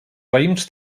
raïms